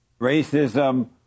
racism